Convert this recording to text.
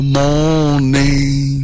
morning